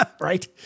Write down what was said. Right